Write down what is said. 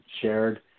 shared